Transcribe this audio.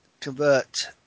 convert